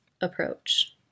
approach